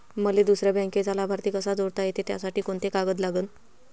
मले दुसऱ्या बँकेचा लाभार्थी कसा जोडता येते, त्यासाठी कोंते कागद लागन?